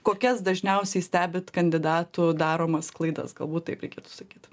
kokias dažniausiai stebit kandidatų daromas klaidas galbūt taip reikėtų sakyt